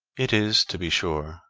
it is, to be sure,